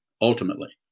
ultimately